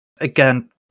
again